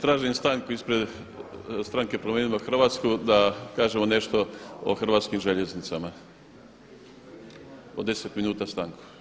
Tražim stanku ispred stranke Promijenimo Hrvatsku da kažemo nešto o Hrvatskim željeznicama, od deset minuta stanku.